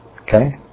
okay